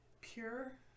pure